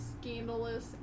scandalous